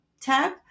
tab